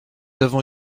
avons